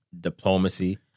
diplomacy